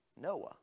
Noah